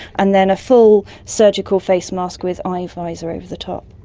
and then a full surgical face mask with eye visor over the top.